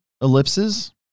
ellipses